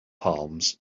palms